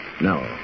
No